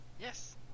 Yes